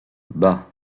bah